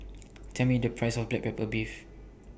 Tell Me The Price of Black Pepper Beef